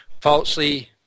falsely